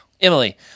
Emily